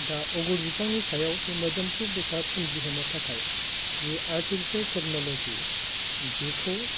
दा अगरु बिफांनि सायाव बे मोदोमफ्रु बेसाद सोमजि होनो थाखाय जि आर्टिफिसियेल टेकनलजि बेखौ